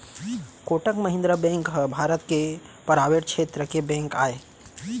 Kotak Mahindra bank ह भारत के private छेत्र के बेंक आय